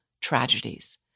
tragedies